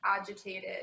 agitated